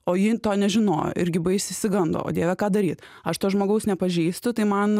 o ji to nežinojo irgi baisiai išsigando o dieve ką daryt aš to žmogaus nepažįstu tai man